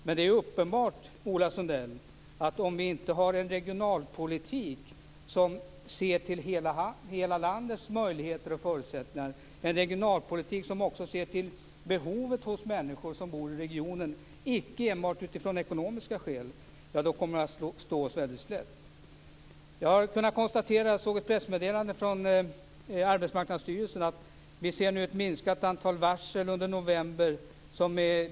Men det är uppenbart, Ola Sundell, att om vi inte har en regionalpolitik som ser till hela landets möjligheter och förutsättningar, och som icke enbart utifrån ekonomiska skäl också ser till behovet hos människor som bor i regionen, kommer vi att stå oss väldigt slätt. Jag såg i ett pressmeddelande från Arbetsmarknadsstyrelsen att vi nu ser ett minskat antal varsel under november.